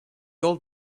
old